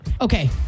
Okay